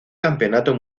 campeonato